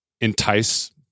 entice